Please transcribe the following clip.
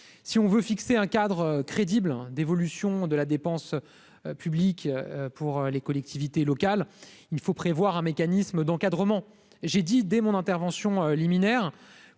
si on veut fixer un cadre crédible d'évolution de la dépense publique pour les collectivités locales, il faut prévoir un mécanisme d'encadrement, j'ai dit dès mon intervention liminaire.